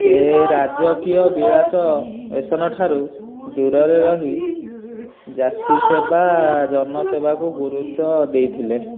ସେ ରାଜକୀୟ ବିଳାସ ବ୍ୟସନ ଠାରୁ ଦୂରରେ ରହି ଜାତି ସେବା ଜନ ସେବାକୁ ଗୁରୁତ୍ୱ ଦେଇଥିଲେ